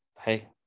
hey